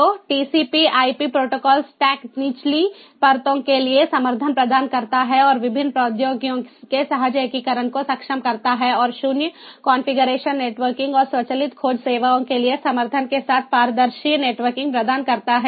तो TCP IP protocol stack निचली परतों के लिए समर्थन प्रदान करता है और विभिन्न प्रौद्योगिकियों के सहज एकीकरण को सक्षम करता है और शून्य कॉन्फ़िगरेशन नेटवर्किंग और स्वचालित खोज सेवाओं के लिए समर्थन के साथ पारदर्शी नेटवर्किंग प्रदान करता है